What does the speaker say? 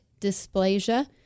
dysplasia